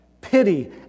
Pity